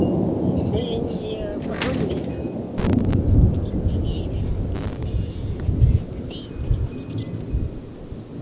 ᱦᱮᱸ ᱤᱧ ᱤᱭᱟᱹ ᱯᱟᱹᱴᱷᱩᱣᱟᱹᱧ ᱞᱟᱹᱭᱮᱫᱼᱟ